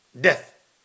death